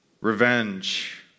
revenge